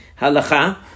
halacha